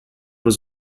was